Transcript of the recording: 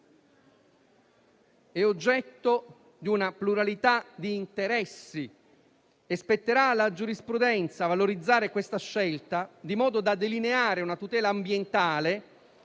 è oggetto di una pluralità di interessi e spetterà alla giurisprudenza valorizzare questa scelta, di modo da delineare una tutela ambientale,